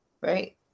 Right